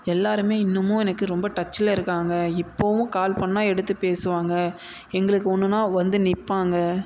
எல்லோருமே இன்னுமும் எனக்கு ரொம்ப டச்சில் இருக்காங்க இப்போவும் கால் பண்ணால் எடுத்து பேசுவாங்க எங்களுக்கு ஒன்றுனா வந்து நிற்பாங்க